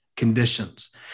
conditions